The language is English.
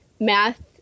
math